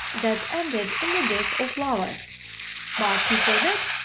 that ended in the death of lovers. but before that,